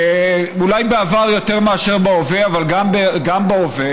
אולי בעבר יותר מאשר בהווה אבל גם בהווה,